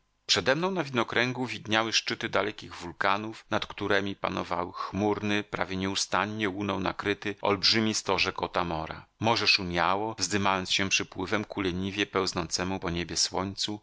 przedemną na widnokręgu widniały szczyty dalekich wulkanów nad któremi panował chmurny prawie nieustannie łuną nakryty olbrzymi stożek otamora morze szumiało wzdymając się przypływem ku leniwie pełznącemu po niebie słońcu